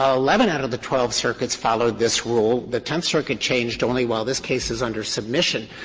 um eleven out of the twelve circuits followed this rule, the tenth circuit changed only while this case is under submission,